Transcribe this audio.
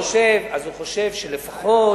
חושב שלפחות,